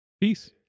Peace